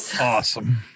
Awesome